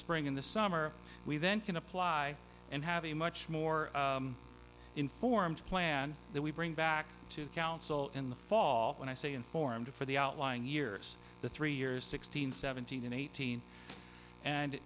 spring in the summer we then can apply and have a much more informed plan that we bring back to council in the fall when i say informed for the outlying years the three years sixteen seventeen eighteen and